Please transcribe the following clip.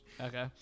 Okay